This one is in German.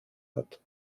hat